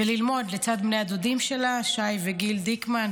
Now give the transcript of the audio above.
וללמוד לצד בני הדודים שלה שי וגיל דיקמן,